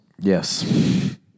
Yes